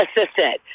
assistant